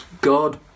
God